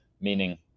Meaning